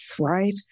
right